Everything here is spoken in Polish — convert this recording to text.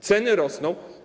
Ceny rosną.